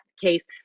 case